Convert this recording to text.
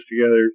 together